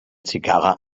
zigarre